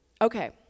Okay